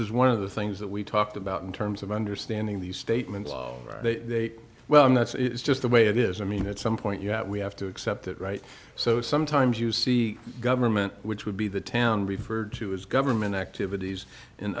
is one of the things that we talked about in terms of understanding these statements are they welcome that's just the way it is i mean at some point you have we have to accept that right so sometimes you see government which would be the town referred to as government activities and